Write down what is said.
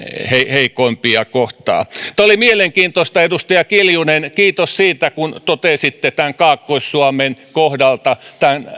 heikoimpia kohtaan tämä oli mielenkiintoista edustaja kiljunen ja kiitos siitä kun totesitte kaakkois suomen kohdalta tämän